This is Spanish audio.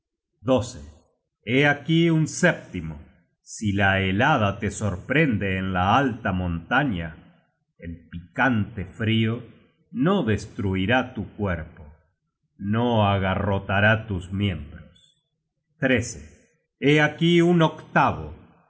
at hé aquí un sétimo si la helada te sorprende en la alta montaña el picante frio no destruirá tu cuerpo no agarrotará tus miembros hé aquí un octavo si